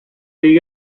you